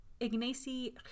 Ignacy